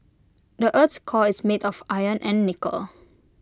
the Earth's core is made of iron and nickel